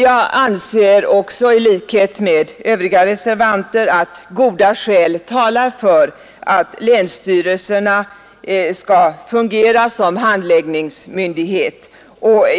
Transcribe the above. Jag anser också i likhet med övriga reservanter att goda skäl och många skäl talar för att länsstyrelserna skall fungera som handläggningsmyndighet.